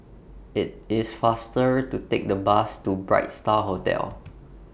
IT IS faster to Take The Bus to Bright STAR Hotel